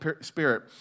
Spirit